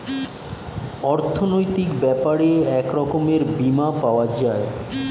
অর্থনৈতিক ব্যাপারে এক রকমের বীমা পাওয়া যায়